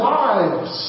lives